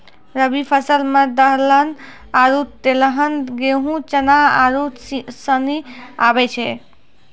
रवि फसल मे दलहन आरु तेलहन गेहूँ, चना आरू सनी आबै छै